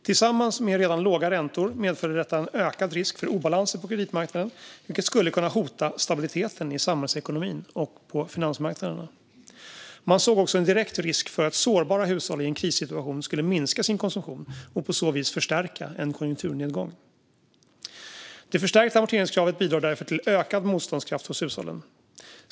Tillsammans med redan låga räntor medförde detta en ökad risk för obalanser på kreditmarknaden, vilket skulle kunna hota stabiliteten i samhällsekonomin och på finansmarknaderna. Man såg också en direkt risk för att sårbara hushåll i en krissituation skulle minska sin konsumtion, och på så vis förstärka en konjunkturnedgång. Det förstärkta amorteringskravet bidrar därför till ökad motståndskraft hos hushållen.